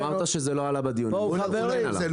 אמרת שזה לא עלה בדיון, וזה כן עלה.